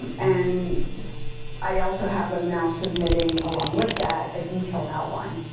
and and i also have them now submitting along with that a detailed outline.